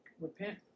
Repent